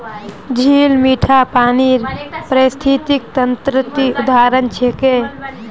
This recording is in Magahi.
झील मीठा पानीर पारिस्थितिक तंत्रेर उदाहरण छिके